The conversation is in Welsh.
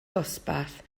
dosbarth